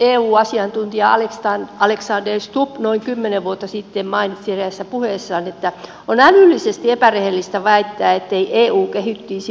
eu asiantuntija alexander stubb noin kymmenen vuotta sitten mainitsi eräässä puheessaan että on älyllisesti epärehellistä väittää ettei eu kehittyisi liittovaltion suuntaan